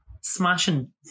smashing